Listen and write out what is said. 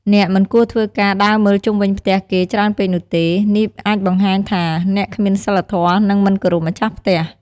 អ្នកមិនគួរធ្វើការដើរមើលជុំវិញផ្ទះគេច្រើនពេកនោះទេ នេះអាចបង្ហាញថាអ្នកគ្មានសីលធម៌ និង មិនគោរពម្ចាស់ផ្ទះ។